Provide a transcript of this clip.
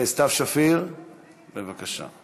סתיו שפיר, בבקשה,